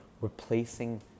replacing